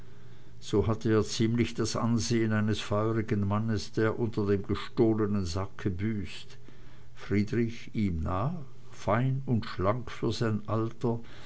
so hatte er ziemlich das ansehen eines feurigen mannes der unter dem gestohlenen sacke büßt friedrich ihm nach fein und schlank für sein alter